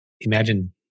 imagine